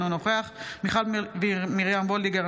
אינו נוכח מיכל מרים וולדיגר,